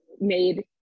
made